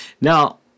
Now